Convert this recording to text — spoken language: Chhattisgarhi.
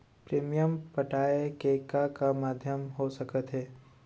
प्रीमियम पटाय के का का माधयम हो सकत हे?